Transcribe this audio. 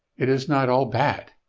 it is not all bad.